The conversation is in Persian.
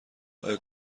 آیا